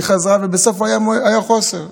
היא חזרה, ובסוף היום היה חוסר.